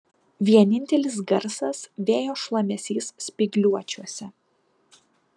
vienintelis garsas vėjo šlamesys spygliuočiuose